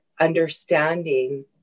understanding